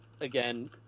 again